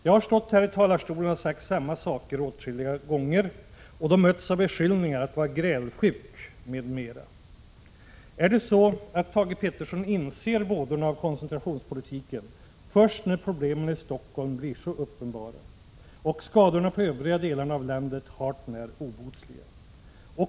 Jag har stått här i talarstolen och sagt samma saker åtskilliga gånger och då mötts av beskyllningar att vara grälsjuk m.m. Är det så att Thage Peterson inser vådorna av koncentrationspolitiken först när problemen i Stockholm blir helt uppenbara och skadorna på övriga delar av landet blir hart när obotliga?